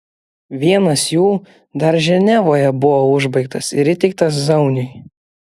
vienas jų dar ženevoje buvo užbaigtas ir įteiktas zauniui